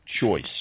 choice